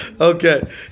Okay